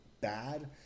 bad